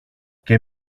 και